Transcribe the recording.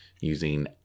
using